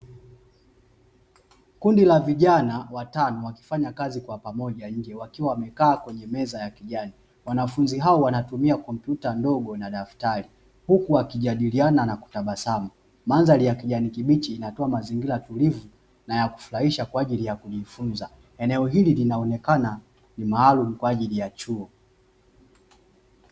Kundi la vijana watano wakifnya kazi kwa pamoja wakiwa wameka kwenye meza ya kijani wanafunzi hao wantumia komptuta ndogo na daftari huku wakijadiliana na kutabasamu. Madhari ya kijani kibichi inatoa mazingira tulivu na yakufurahisha kujifunza, eneo hili linaonekana ni malumu kwajili ya chuo.